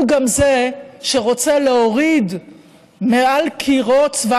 הוא גם זה שרוצה להוריד מעל קירות צבא